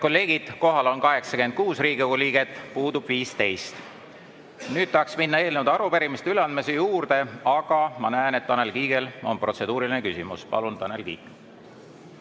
kolleegid, kohal on 86 Riigikogu liiget, puudub 15. Nüüd tahaks minna eelnõude ja arupärimiste üleandmise juurde, aga ma näen, et Tanel Kiigel on protseduuriline küsimus. Palun, Tanel Kiik!